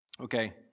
Okay